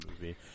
movie